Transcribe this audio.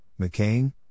McCain